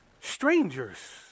strangers